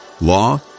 law